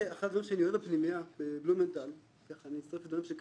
אני מצטרף לדברים של כפיר.